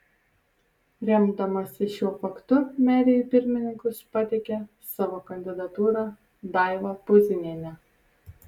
remdamasi šiuo faktu merė į pirmininkus pateikė savo kandidatūrą daivą puzinienę